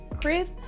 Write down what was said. Chris